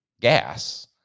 gas